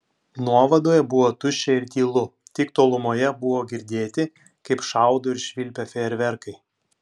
nuovadoje buvo tuščia ir tylu tik tolumoje buvo girdėti kaip šaudo ir švilpia fejerverkai